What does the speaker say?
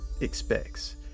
expects